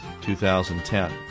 2010